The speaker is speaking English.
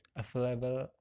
available